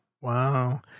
wow